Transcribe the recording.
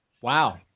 Wow